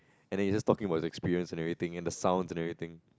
and then he's just talking about his experience and everything and the sounds and everything